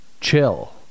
chill